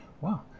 Wow